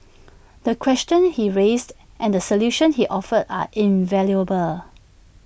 the questions he raised and the solutions he offered are invaluable